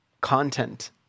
content